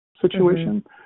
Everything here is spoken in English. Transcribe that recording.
situation